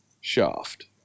Shaft